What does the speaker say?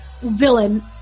villain